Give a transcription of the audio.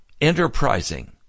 enterprising